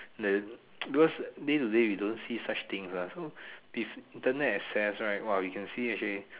the those these days we don't see such things ah with Internet access right !wah! we can see actually